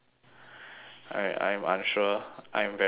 I I'm unsure I'm very hungry